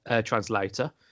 translator